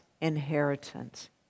inheritance